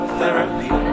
therapy